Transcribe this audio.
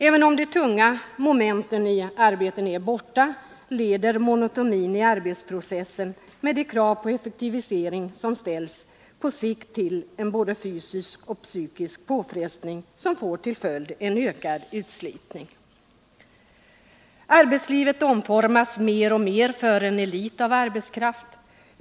Även om de tunga momenten i arbetet är borta, leder monotonin i arbetsprocessen, med de krav på effektivitet som ställs, på sikt till en både fysisk och psykisk påfrestning, som får till följd en ökad utslitning. Arbetslivet omformas mer och mer för en elit av arbetare.